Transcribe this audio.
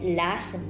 last